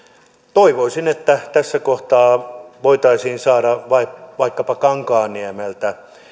toivoisin että tässä kohtaa voitaisiin saada vaikkapa kankaanniemeltä